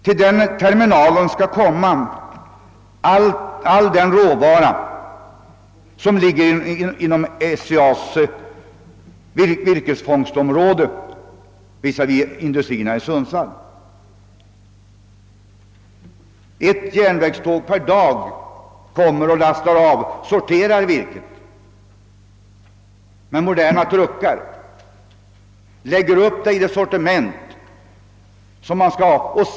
Till den terminalen skall all den råvara transporteras som ligger inom SCA:s virkesfångst Ett järnvägståg per dag kommer, lastar av, sorterar virket med moderna truckar och lägger upp det i de sortiment man skall ha.